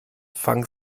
fangen